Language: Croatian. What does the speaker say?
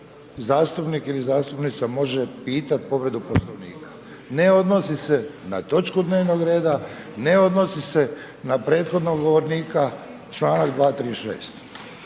zastupnik ili zastupnica može pitati povredu Poslovnika, ne odnosi se na točku dnevnog reda, ne odnosi se na prethodnog govornika, članak 236.